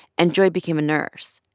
and joy became a nurse.